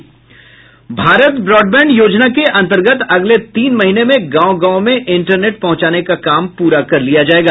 Bharat broadband योजना के अंतर्गत अगले तीन महीने में गांव गांव में इंटरनेट पहुंचाने का काम पूरा कर लिया जायेगा